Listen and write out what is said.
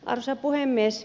arvoisa puhemies